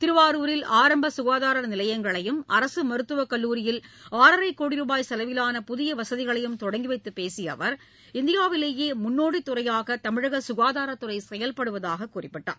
திருவாரூரில் ஆரம்ப சுகாதார நிலையங்களையும் அரசு மருத்துவகல்லூரியில் ஆறரை கோடி ரூபாய் செலவிலாள புதிய வசதிகளை தொடங்கிவைத்து பேசிய அவர் இந்தியாவிலேயே முன்னோடி துறையாக தமிழக சுகாதாரத்துறை செயல்படுவதாக குறிப்பிட்டார்